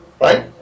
Right